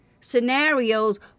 scenarios